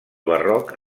barroc